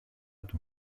του